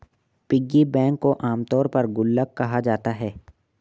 piggy bank को आमतौर पर गुल्लक कहा जाता है